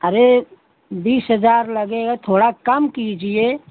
अरे बीस हज़ार लगेगा थोड़ा काम कीजिए